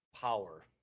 power